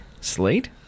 slate